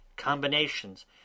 combinations